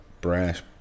brash